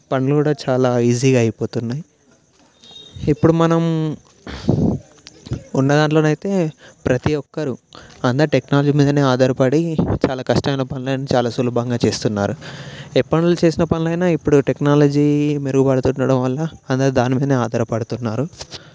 పనులు కూడా చాలా ఈజీగా అయిపోతున్నాయి ఇప్పుడు మనం ఉండ దాంట్లోనైతే ప్రతి ఒక్కరు అందరూ టెక్నాలజీ మీదనే ఆధారపడి చాలా కష్టమైన పనులన్నీ చాలా సులభంగా చేస్తున్నారు ఎప్పటి నుంచి చేసిన పనులైనా ఇప్పుడు టెక్నాలజీ మెరుగుపడుతుండడం వల్ల అందరు దాని మీదనే ఆధారపడుతున్నారు